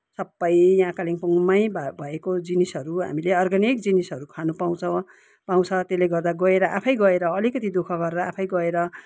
सबै यहाँ कालिम्पोङमै भए भएको जिनिसहरू हामीले अर्ग्यानिक जिनिसहरू खानु पाउँछौ पाउँछ त्यले गर्दा गएर आफै गएर अलिकति दुःख गरेर आफै गएर